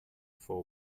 for